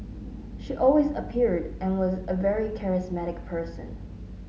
she always appeared and was a very charismatic person